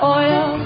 oil